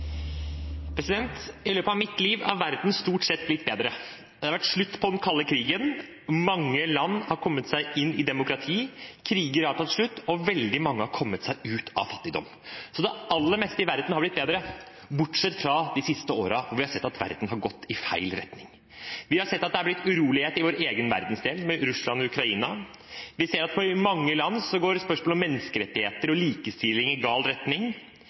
verden stort sett blitt bedre. Det har blitt slutt på den kalde krigen. Mange land har kommet seg inn i demokrati. Kriger har tatt slutt, og veldig mange har kommet seg ut av fattigdom. Så det aller meste i verden har blitt bedre, bortsett fra de siste årene, hvor vi har sett at verden har gått i feil retning. Vi har sett uroligheter i vår egen verdensdel, med Russland og Ukraina. Vi ser at i mange land går spørsmålet om menneskerettigheter og likestilling i gal retning.